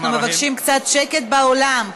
אנחנו מבקשים קצת שקט באולם,